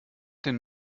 den